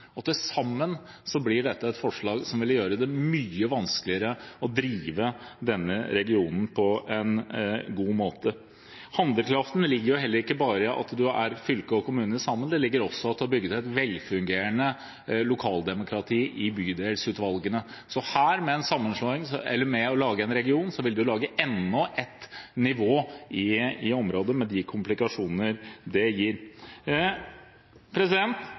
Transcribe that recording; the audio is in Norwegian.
Til sammen blir dette et forslag som vil gjøre det mye vanskeligere å drive denne regionen på en god måte. Handlekraften ligger jo heller ikke bare i at man er fylke og kommune sammen, den ligger også i at man har bygget et velfungerende lokaldemokrati i bydelsutvalgene. Så ved å lage en region her vil man lage enda ett nivå i området, med de komplikasjoner det gir.